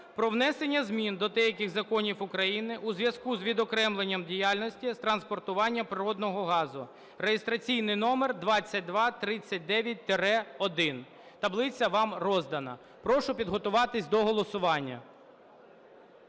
про внесення змін до деяких законів України у зв'язку з відокремленням діяльності з транспортування природного газу (реєстраційний номер 2239-1). Таблиця вам роздана. Прошу підготуватись до голосування.